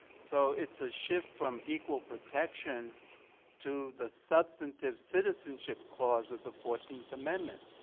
so its a shift from equal protection to the substitive citizenship clause of the fourteenth amendment,